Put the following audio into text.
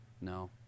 no